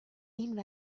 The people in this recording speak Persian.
این